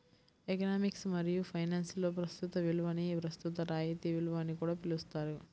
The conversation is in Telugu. ఎకనామిక్స్ మరియు ఫైనాన్స్లో ప్రస్తుత విలువని ప్రస్తుత రాయితీ విలువ అని కూడా పిలుస్తారు